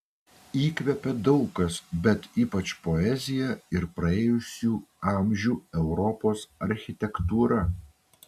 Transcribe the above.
įkvepia daug kas bet ypač poezija ir praėjusių amžių europos architektūra